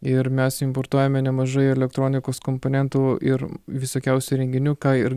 ir mes importuojame nemažai elektronikos komponentų ir visokiausių įrenginių ką ir